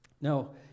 Now